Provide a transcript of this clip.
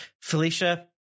Felicia